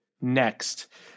next